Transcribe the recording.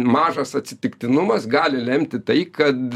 mažas atsitiktinumas gali lemti tai kad